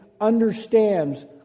understands